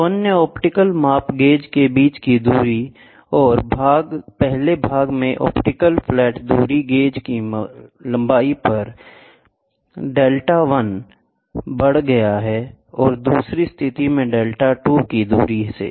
तो अन्य ऑप्टिकल माप गेज के बीच की दूरी है और पहले भाग में ऑप्टिकल फ्लैट दूरी गेज की लंबाई पर से δ1 बढ़ गया है और दूसरी स्थिति में δ2 की दूरी से